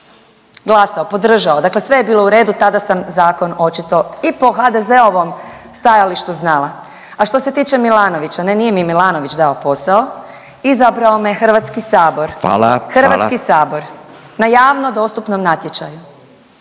glasao, podržao dakle sve je bilo u redu. Tada sam zakon očito i po HDZ-ovom stajalištu znala. A što se tiče Milanovića, ne nije mi Milanović dao posao izabrao me HS. …/Upadica Radin: Hvala./… HS na javno dostupnom natječaju.